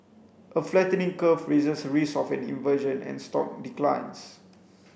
a flattening curve raises risks of an inversion and stock declines